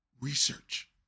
research